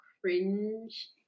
cringe